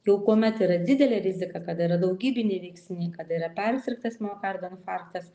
jau kuomet yra didelė rizika kada yra daugybiniai veiksniai kada yra persirgtas miokardo infarktas